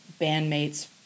bandmates